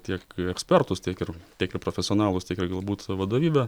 tiek ekspertus tiek ir tiek ir profesionalus tiek ir galbūt vadovybę